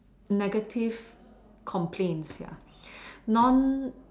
negative complains ya non